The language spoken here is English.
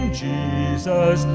jesus